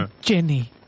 Jenny